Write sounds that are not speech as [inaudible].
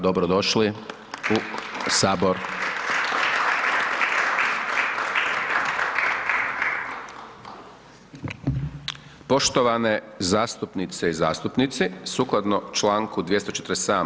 Dobro došli u HS! … [applause] Poštovane zastupnice i zastupnici, sukladno čl. 247.